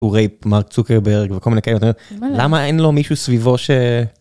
מארק צוקרברג, כל מיני כאלה, למה אין לו מישהו סביבו.